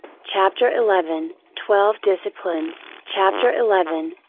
chapter eleven twelve disciplines chapter eleven,